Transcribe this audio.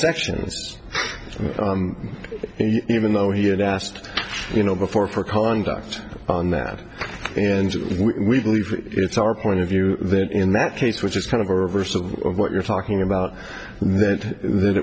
sections even though he had asked you know before pro conduct on that and we believe it's our point of view there in that case which is kind of a reverse of what you're talking about